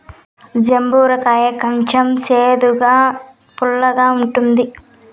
జంబూర కాయ కొంచెం సేదుగా, పుల్లగా ఉంటుంది